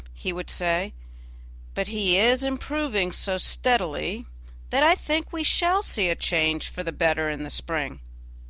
he would say but he is improving so steadily that i think we shall see a change for the better in the spring.